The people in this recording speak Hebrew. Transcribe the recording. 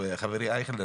עוד אגרת חינוך?